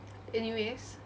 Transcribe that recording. anyways